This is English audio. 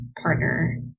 partner